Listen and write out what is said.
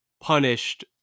punished